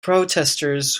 protesters